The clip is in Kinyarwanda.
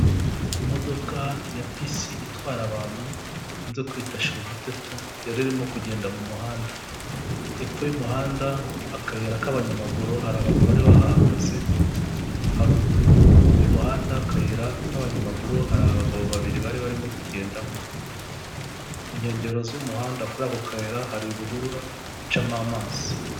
Imodoka ya bisi itwara abantu bakunze kwita shirumuteto, yari irimo kugenda mu muhanda, hepfo y'umuhanda hari akayira k'abanyamaguru hari abantu bari bahagaze, haruguru y'umuhanda akayira k'abanyamaguru, hari abagabo babiri bari barimo kugenda mu nkengero z'umuhanda, kuri ako kayira hari ruhurura icamo amazi.